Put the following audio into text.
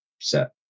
set